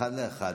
אחת לאחת,